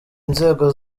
inzego